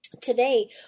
Today